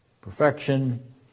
perfection